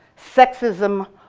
sexism,